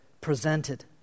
Presented